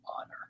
honor